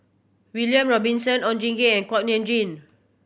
William Robinson Oon Jin Gee Kuak Nam Jin